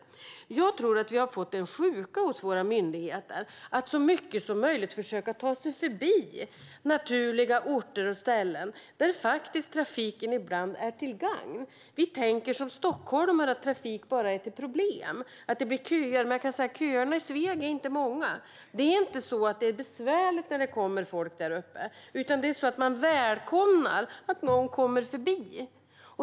Jag tror att vi har fått en sjuka hos våra myndigheter: att så mycket som möjligt försöka ta sig förbi naturliga orter och ställen, där trafiken ibland är till gagn. Vi tänker som stockholmare att trafik bara är till problem och att det blir köer. Men köerna i Sveg är inte många, kan jag säga. Det är inte så att det är besvärligt när det kommer folk där uppe, utan man välkomnar när någon kommer förbi.